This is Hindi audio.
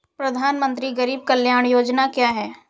प्रधानमंत्री गरीब कल्याण योजना क्या है?